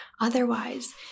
Otherwise